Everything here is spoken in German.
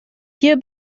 hier